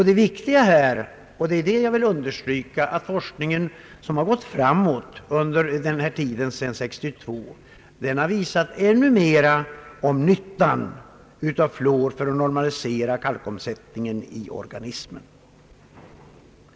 Det viktiga i detta sammanhang — och det vill jag understryka — är att forskningen, som har gått framåt under tiden efter år 1962, har visat ännu mera i fråga om nyttan av fluor för att normalisera kalkomsättningen i organismen.